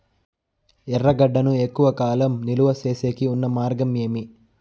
ఎర్రగడ్డ ను ఎక్కువగా కాలం నిలువ సేసేకి ఉన్న మార్గం ఏమి?